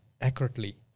accurately